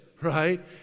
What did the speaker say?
right